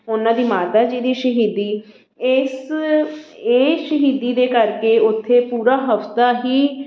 ਉਹਨਾਂ ਦੀ ਮਾਤਾ ਜੀ ਦੀ ਸ਼ਹੀਦੀ ਇਸ ਇਹ ਸ਼ਹੀਦੀ ਦੇ ਕਰਕੇ ਉੱਥੇ ਪੂਰਾ ਹਫ਼ਤਾ ਹੀ